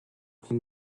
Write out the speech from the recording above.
can